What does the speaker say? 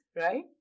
right